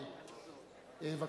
בבקשה,